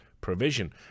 provision